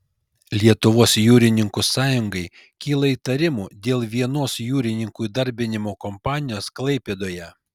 lietuvos jūrininkų sąjungai kyla įtarimų dėl vienos jūrininkų įdarbinimo kompanijos klaipėdoje